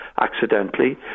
accidentally